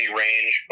range